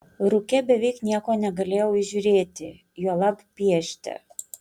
rūke beveik nieko negalėjau įžiūrėti juolab piešti